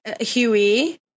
Huey